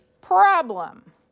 problem